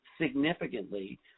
significantly